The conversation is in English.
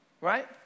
right